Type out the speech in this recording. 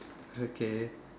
okay